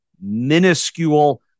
minuscule